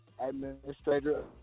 Administrator